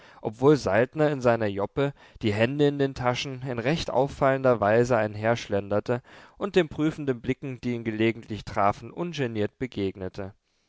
obwohl saltner in seiner joppe die hände in den taschen in recht auffallender weise einherschlenderte und den prüfenden blicken die ihn gelegentlich trafen ungeniert begegnete